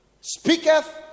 speaketh